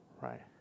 right